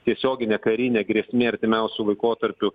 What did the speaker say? tiesioginė karinė grėsmė artimiausiu laikotarpiu